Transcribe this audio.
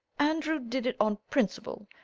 andrew did it on principle,